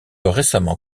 récemment